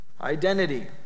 identity